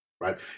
Right